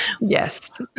Yes